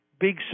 big